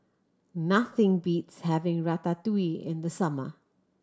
nothing beats having Ratatouille in the summer